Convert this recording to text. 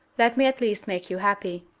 let me at least make you happy,